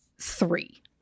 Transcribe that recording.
three